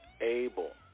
able